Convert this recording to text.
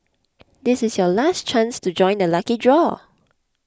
this is your last chance to join the lucky draw